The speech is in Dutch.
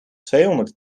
tweehonderd